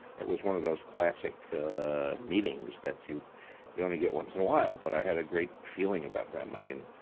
it was one of those classic meetings that you you only get once in a while. but i had a great feeling about them. i mean,